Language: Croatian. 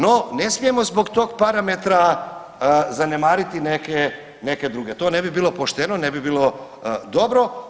No, ne smijemo zbog tog parametra zanemariti neke druge, to ne bi bilo pošteno, ne bi bilo dobro.